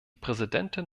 präsidentin